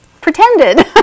pretended